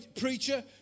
preacher